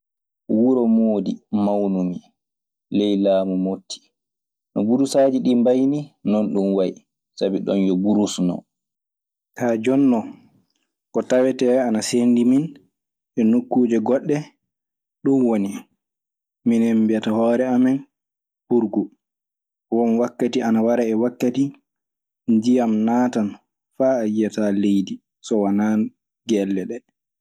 Wuro moodi mawnumi ley, laamu Motti no bursaaji ɗii. Mbayi nii noon ɗun wayi. Sabi ɗon yo burus non.